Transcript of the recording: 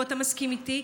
אתה מסכים איתי,